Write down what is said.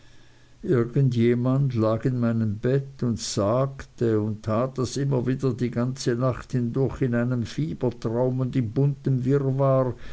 jemand lag in meinem bett und sagte und tat das immer wieder die ganze nacht hindurch in einem fiebertraum und in buntem